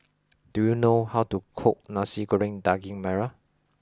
do you know how to cook Nasi Goreng Daging Merah